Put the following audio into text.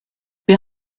wir